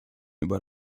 über